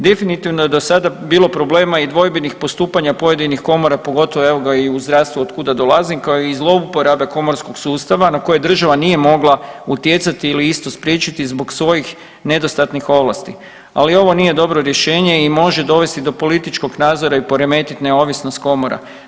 Definitivno je do sada bilo problema i dvojbenih postupanja pojedinih komora, pogotovo, evo, i u zdravstvu, otkuda dolazim, kao i zlouporabe komorskog sustava na koje država nije mogla utjecati ili istu spriječiti zbog svojih nedostatnih ovlasti, ali ovo nije dobro rješenje i može dovesti do političkog nadzora i poremetiti neovisnost komora.